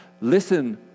Listen